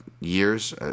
years